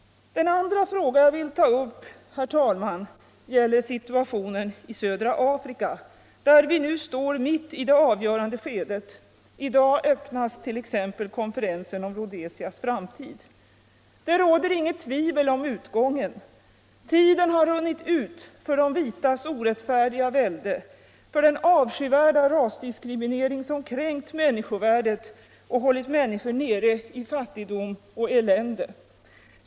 Det andra ärende som jag vill ta upp, herr talman, gäller situationen i södra Afrika, där vi nu står mitt i det avgörande skedet. I dag öppnas t.ex. konferensen om Rhodesias framtid. Det råder inget tvivel om utgången. Tiden har runnit ut för de vitas orättfärdiga välde, för den avskyvärda rasdiskriminering som kränkt människovärdet och hållit människor nere i fattigdom och elände.